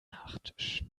nachtisch